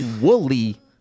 Wooly